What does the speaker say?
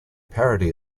parody